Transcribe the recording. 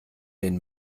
den